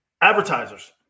Advertisers